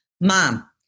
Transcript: Mom